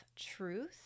truth